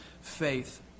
faith